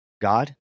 God